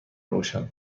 روشن